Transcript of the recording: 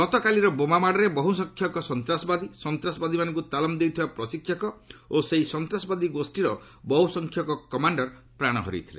ଗତକାଲିର ବୋମାମାଡ଼ରେ ବହୁ ସଂଖ୍ୟକ ସନ୍ତାସବାଦୀ ସନ୍ତାସବାଦୀମାନଙ୍କୁ ତାଲିମ୍ ଦେଉଥିବା ପ୍ରଶିକ୍ଷକ ଓ ସେହି ସନ୍ତାସବାଦୀ ଗୋଷ୍ଠୀର ବହୁ ସଂଖ୍ୟକ କମାଣ୍ଡର ପ୍ରାଣ ହରାଇଥିଲେ